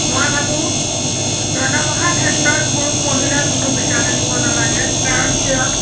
মই ভাবোঁ ৰন্ধা বঢ়াৰ ক্ষেত্ৰত পুৰুষ মহিলাৰ কোনো বিচাৰ থাকিব নালাগে কাৰণ কিয়